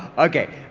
okay.